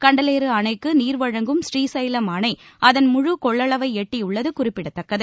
கண்டலேறு அணைக்கு நீர் வழங்கும் ஸ்ரீசைலம் அணை அதன் முழு கொள்ளளவை எட்டியுள்ளது குறிப்பிடத்தக்கது